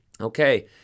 Okay